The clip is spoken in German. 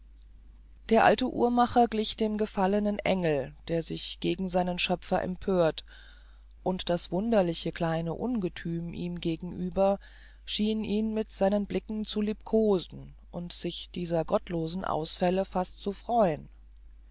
der alte uhrmacher glich dem gefallenen engel der sich gegen seinen schöpfer empört und das wunderliche kleine ungethüm ihm gegenüber schien ihn mit seinen blicken zu liebkosen und sich dieser gottlosen ausfälle fast freuen